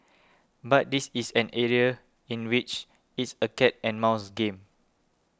but this is an area in which it's a cat and mouse game